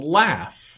laugh